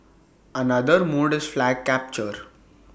another mode is flag capture